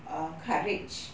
err courage